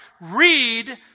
Read